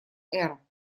эра